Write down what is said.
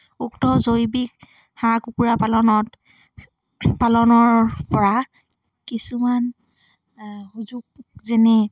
উক্ত জৈৱিক হাঁহ কুকুৰা পালনত পালনৰ পৰা কিছুমান সুযোগ যেনে